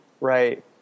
right